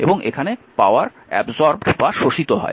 এবং এখানে পাওয়ার শোষিত হয়